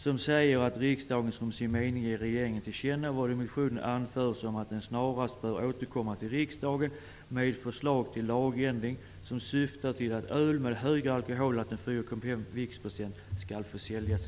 Där framgår det att riksdagen skall ge regeringen till känna vad i motionen anförts om att regeringen snarast bör återkomma till riksdagen med förslag till lagändring som syftar till att öl med högre alkoholhalt än 4,5 viktprocent skall få säljas i